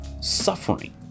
suffering